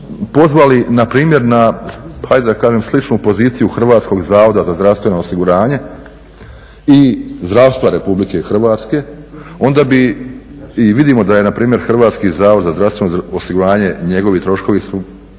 pozvali na primjer na hajde da kažem sličnu poziciju Hrvatskog zavoda za zdravstveno osiguranje i zdravstva Republike Hrvatske onda bi i vidimo da je na primjer Hrvatski zavod za zdravstveno osiguranje, njegovi troškovi su 2,